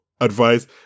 advice